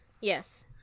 Yes